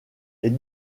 est